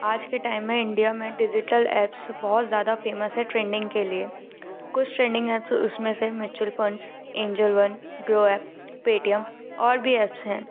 आज के टाइम में इंडिया में डिज़िटल ऐप्स बहुत ज़्यादा फ़ेमस है ट्रेंडिंग के लिए कुछ ट्रेंडिंग ऐप्स उसमें से mutual funds Angel One Groww app Paytm और भी ऐप्स हैं